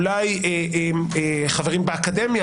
אולי חברים באקדמיה,